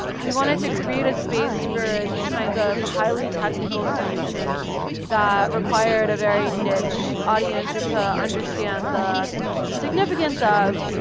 we wanted to create a space for these kinds of highly technical solutions that required a very niche audience to understand the the significance of.